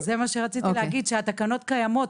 זה מה שרציתי להגיד, שהתקנות קיימות.